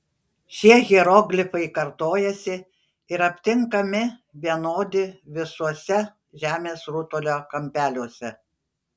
šie hieroglifai kartojasi ir aptinkami vienodi visuose žemės rutulio kampeliuose